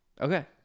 Okay